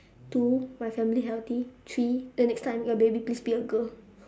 two my family healthy three the next time your baby please be a girl